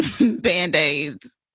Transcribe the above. band-aids